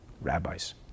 rabbis